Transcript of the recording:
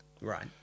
Right